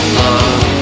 love